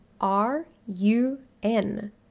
R-U-N